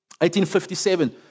1857